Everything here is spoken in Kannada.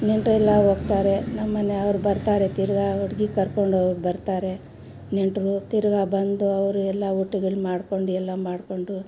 ನೆಂಟರೆಲ್ಲಾ ಹೋಗ್ತಾರೆ ನಮ್ಮನೆಯವ್ರು ಬರ್ತಾರೆ ತಿರುಗಾ ಹುಡುಗಿ ಕರ್ಕೊಂಡು ಹೋಗಿ ಬರ್ತಾರೆ ನೆಂಟರು ತಿರುಗಾ ಬಂದು ಅವರು ಎಲ್ಲ ಊಟಗಳು ಮಾಡ್ಕೊಂಡು ಎಲ್ಲ ಮಾಡಿಕೊಂಡು